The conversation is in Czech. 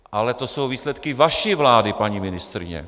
Ale to jsou výsledky vaší vlády, paní ministryně.